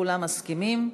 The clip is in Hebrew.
כולם מסכימים.